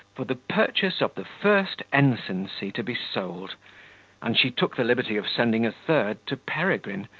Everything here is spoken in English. for the purchase of the first ensigncy to be sold and she took the liberty of sending a third to peregrine,